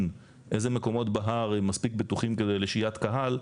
איזה מקומות בהר מספיק בטוחים לשהיית קהל,